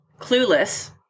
Clueless